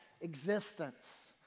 existence